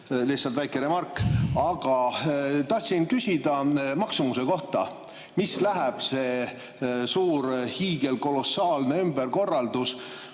Lihtsalt väike remark. Aga tahtsin küsida maksumuse kohta, mida läheb see suur, hiigelkolossaalne ümberkorraldus